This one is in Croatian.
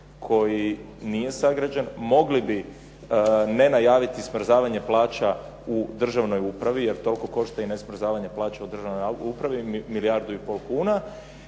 koji nije sagrađen. Mogli bi ne najaviti smrzavanje plaća u državnoj upravi jer toliko košta i ne smrzavanje plaća u državnoj upravi, milijardu i pol kuna